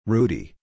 Rudy